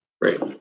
Great